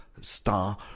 star